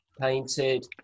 painted